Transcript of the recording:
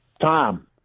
Tom